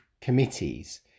committees